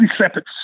separate